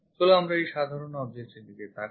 চলো আমরা এই সাধারণ object এর দিকে তাকাই